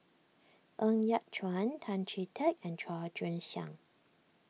Ng Yat Chuan Tan Chee Teck and Chua Joon Siang